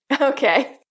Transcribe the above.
Okay